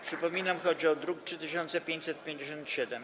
Przypominam, chodzi o druk nr 3557.